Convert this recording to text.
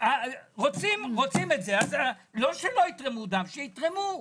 לא שיתרמו דם שיתרמו.